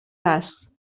است